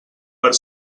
per